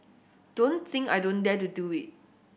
don't think I don't dare to do it